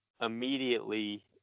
immediately